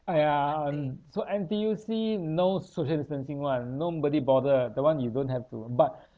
!aiya! um so N_T_U_C no social distancing [one] nobody bother that [one] you don't have to but